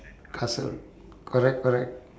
castle correct correct